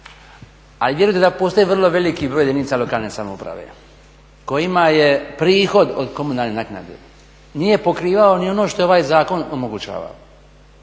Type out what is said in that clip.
Ali vjerujte da postoji vrlo veliki broj jedinica lokalne samouprave kojima prihod od komunalne naknade nije pokrivao ni ono što ovaj zakon omogućava.